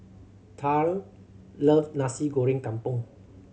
Taryn love Nasi Goreng Kampung